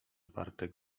bartek